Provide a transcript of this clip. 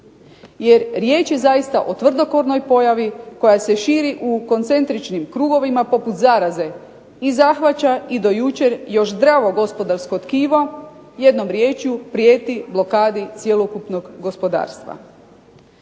jer riječ je zaista o tvrdokornoj pojavi koja se širi u koncentričnim krugovima poput zaraze i zahvaća i do jučer još zdravo gospodarsko tkivo, jednom riječju prijeti blokadi cijelog gospodarstva.